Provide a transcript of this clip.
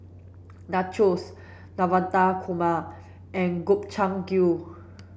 Nachos Navratan Korma and Gobchang Gui